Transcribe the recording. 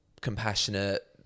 compassionate